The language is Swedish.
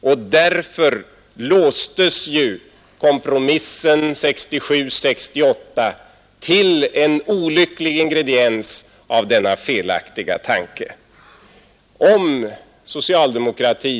Denna felaktiga tanke blev en olycklig ingrediens som låste kompromissen 1967—1968.